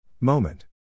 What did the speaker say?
Moment